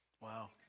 Wow